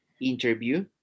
interview